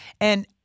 And-